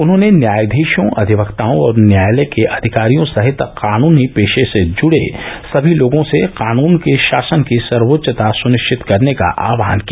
उन्होंने न्यायाधीशों अधिवक्ताओं और न्यायालय के अधिकारियों सहित कानूनी पेशे से जुड़े सभी लोगों से कानून के शासन की सर्वोच्चता सुनिश्चित करने का आहवान किया